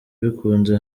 bikunze